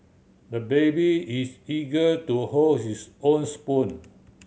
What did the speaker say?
the baby is eager to hold his own spoon